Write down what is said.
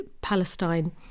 Palestine